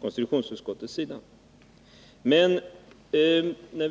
konstitutionsutskottet har efterlyst.